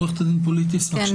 עורכת הדין פוליטיס, בבקשה.